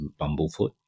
bumblefoot